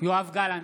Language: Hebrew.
יואב גלנט,